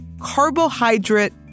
Carbohydrate